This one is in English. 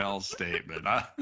statement